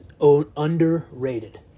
Underrated